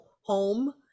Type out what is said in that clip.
home